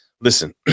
Listen